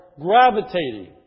gravitating